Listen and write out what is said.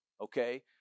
okay